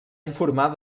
informar